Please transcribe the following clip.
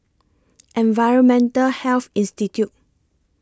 Environmental Health Institute